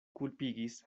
kulpigis